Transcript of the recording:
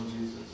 Jesus